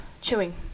chewing